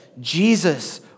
Jesus